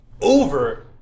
over